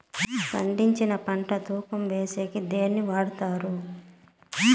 పండించిన పంట తూకం వేసేకి దేన్ని వాడతారు?